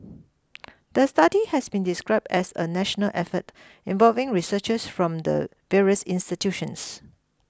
the study has been described as a national effort involving researchers from the various institutions